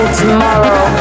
tomorrow